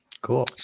cool